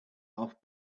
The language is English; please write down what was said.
off